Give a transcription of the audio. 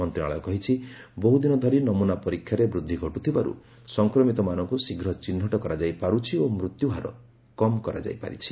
ମନ୍ତ୍ରଶାଳୟ କହିଛି ବହୁଦିନ ଧରି ନମୁନା ପରୀକ୍ଷାରେ ବୃଦ୍ଧି ଘଟୁଥିବାରୁ ସଂକ୍ରମିତମାନଙ୍କୁ ଶୀଘ୍ର ଚିହ୍ନଟ କରାଯାଇ ପାରୁଛି ଓ ମୃତ୍ୟୁହାର କମ୍ କରାଯାଇ ପାରିଛି